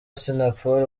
assinapol